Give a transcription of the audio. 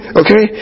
okay